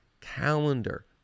calendar